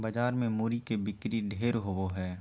बाजार मे मूरी के बिक्री ढेर होवो हय